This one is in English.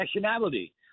nationality